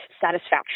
satisfaction